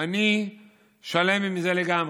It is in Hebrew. "אני שלם עם זה לגמרי.